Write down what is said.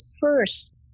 first